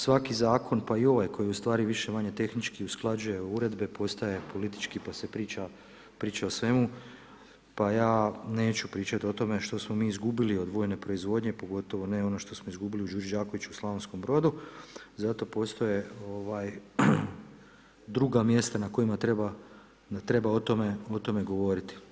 Svaki zakon, pa i ovaj koji je ustvari više-manje tehnički usklađuje uredbe, postaje politički pa se priča o svemu pa ja neću pričati o tome što smo mi izgubili od vojne proizvodnje, pogotovo ne ono što smo izgubili u ... Slavonskom Brodu zato postoje druga mjesta na kojima treba o tome govoriti.